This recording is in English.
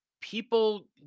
people